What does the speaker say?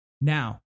Now